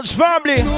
family